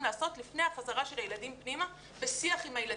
לעשות לפני החזרה של הילדים פנימה בשיח עם הילדים.